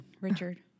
Richard